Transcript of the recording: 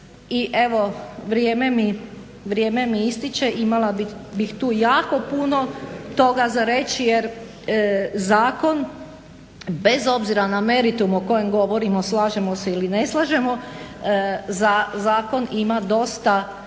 I evo vrijeme mi istječe, imali bih tu jako puno toga za reći jer zakon bez obzira na meritum o kojem govorimo, slažemo se ili ne slažemo za zakon ima dosta